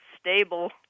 stable